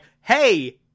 hey